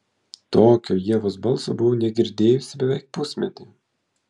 tokio ievos balso buvau negirdėjusi beveik pusmetį